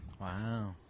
Wow